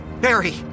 Barry